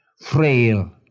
frail